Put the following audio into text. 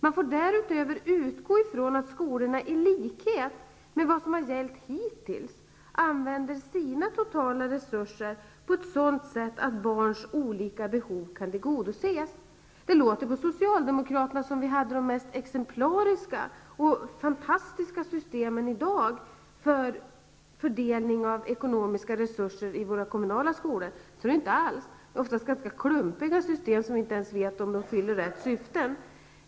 Man får därutöver utgå från att skolorna, i likhet med vad som hittills har gällt, använder sina totala resurser på ett sådant sätt att barns olika behov kan tillgodoses. Det låter på socialdemokraterna som om vi hade de mest exemplariska och fantastiska systemen i dag för fördelning av ekonomiska resurser i våra kommunala skolor. Så är det inte alls. Det är ofta ganska klumpiga system, om vilka vi inte ens vet om de fyller rätt syfte.